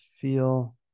feel